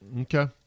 Okay